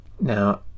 Now